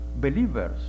believers